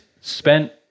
spent